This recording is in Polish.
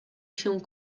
się